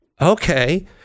Okay